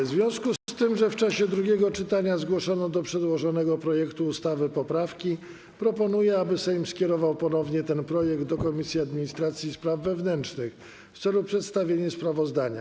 W związku z tym, że w czasie drugiego czytania zgłoszono do przedłożonego projektu ustawy poprawki, proponuję, aby Sejm ponownie skierował ten projekt do Komisji Administracji i Spraw Wewnętrznych w celu przedstawienia sprawozdania.